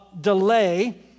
delay